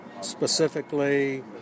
specifically